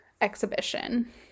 exhibition